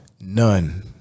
none